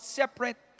separate